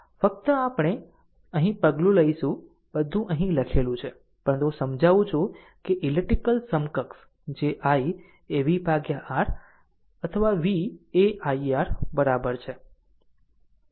ફક્ત આપણે અહીં પગલું લઈશું બધું અહીં લખેલું છે પરંતુ હું સમજાવું છું કે ઈલેક્ટ્રીકલ સમકક્ષ જે i એ v R અથવા v એ i R બરાબર છે